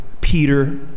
Peter